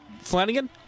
Flanagan